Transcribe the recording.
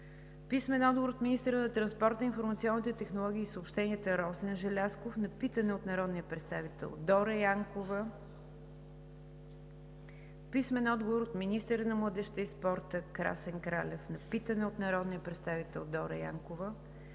Ибришимов; - министъра на транспорта, информационните технологии и съобщенията Росен Желязков на питане от народния представител Дора Янкова; - министъра на младежта и спорта Красен Кралев на питане от народния представител Дора Янкова;